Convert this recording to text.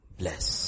bless